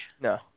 No